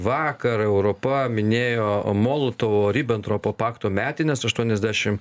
vakar europa minėjo molotovo ribentropo pakto metines aštuoniasdešimt